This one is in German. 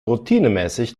routinemäßig